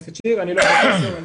אני לא פרופסור, אני